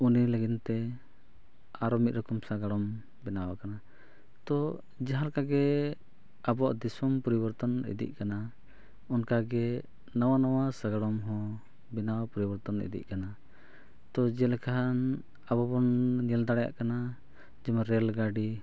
ᱩᱱᱤ ᱞᱟᱹᱜᱤᱫ ᱛᱮ ᱟᱨᱦᱚᱸ ᱢᱤᱫ ᱨᱚᱠᱚᱢ ᱥᱟᱜᱟᱲᱚᱢ ᱵᱮᱱᱟᱣ ᱟᱠᱟᱱᱟ ᱛᱳ ᱡᱟᱦᱟᱸ ᱞᱮᱠᱟᱜᱮ ᱟᱵᱚᱣᱟᱜ ᱫᱤᱥᱚᱢ ᱯᱚᱨᱤᱵᱚᱨᱛᱚᱱ ᱤᱫᱤᱜ ᱠᱟᱱᱟ ᱚᱱᱠᱟᱜᱮ ᱱᱟᱣᱟ ᱱᱟᱣᱟ ᱥᱟᱜᱟᱲᱚᱢ ᱦᱚᱸ ᱵᱮᱱᱟᱣ ᱯᱚᱨᱤᱵᱚᱨᱛᱚᱱ ᱤᱫᱤᱜ ᱠᱟᱱᱟ ᱛᱳ ᱡᱮᱞᱮᱠᱟ ᱟᱵᱚ ᱵᱚᱱ ᱧᱮᱞ ᱫᱟᱲᱮᱭᱟᱜ ᱠᱟᱱᱟ ᱡᱮᱢᱚᱱ ᱨᱮᱹᱞ ᱜᱟᱹᱰᱤ